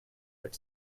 but